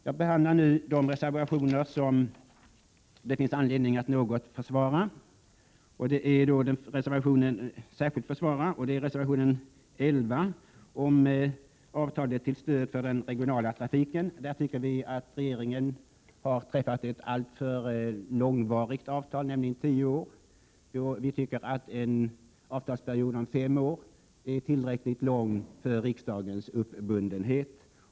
Jag kommer nu att behandla de reservationer som det finns anledning att särskilt försvara. Reservation 11 gäller avtalet till stöd för den regionala trafiken. vis anser att regeringen har träffat ett alltför långvarigt avtal, nämligen på tio år. En avtalsperiod om fem år är enligt vår mening tillräckligt lång för riksdagens uppbundenhet.